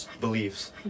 Beliefs